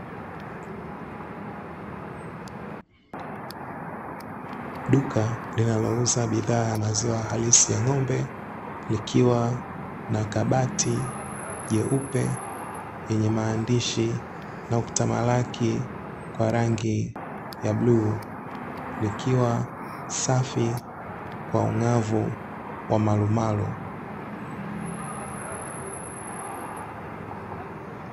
Duka linalouza maziwa halisi ya ng'ombe, likiwa na kabati jeupe lenye maandishi na kutamalaki kwa rangi ya bluu, likiwa safi kwa ung'avu wa marumaru.